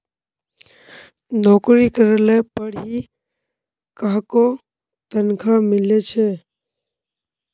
नोकरी करले पर ही काहको तनखा मिले छे